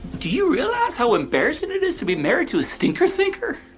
do you realize how embarrassing it is to be married to a stinker seeker.